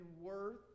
worth